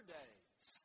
days